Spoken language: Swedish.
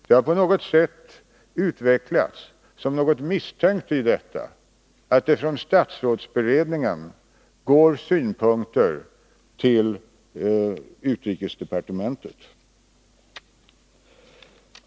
Det har utvecklats som något misstänkt att det från statsrådsberedningen lämnas synpunkter till utrikesdepartementet.